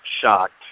shocked